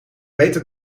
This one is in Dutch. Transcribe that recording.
beter